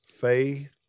faith